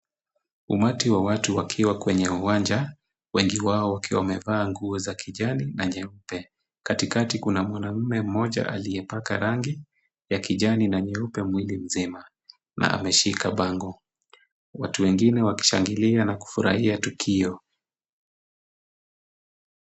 Umati wa watu wakiwa kwenye uwanja, wengi wao wakiwa wamevaa nguo za kijani na nyeupe. Katikati kuna mwanamume mmoja aliyepaka rangi ya kijani na nyeupe mwili mzima na ameshika bango. Watu wengine wakishangilia na kufurahia tukio.